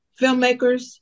filmmakers